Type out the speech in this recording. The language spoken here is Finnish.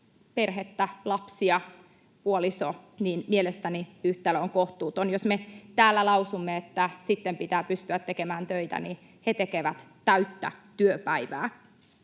perhettä, lapsia, puoliso, niin mielestäni yhtälö on kohtuuton. Me täällä lausumme, että sitten pitää pystyä tekemään töitä, kun he tekevät täyttä työpäivää.